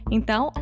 Então